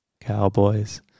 Cowboys